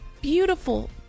beautiful